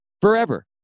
forever